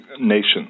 nation